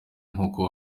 nkuko